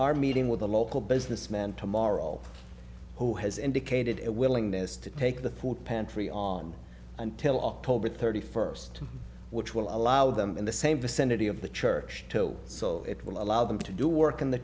are meeting with a local businessman tomorrow who has indicated willingness to take the food pantry on until oct thirty first which will allow them in the same vicinity of the church so it will allow them to do work in the